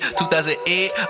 2008